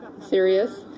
serious